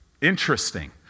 Interesting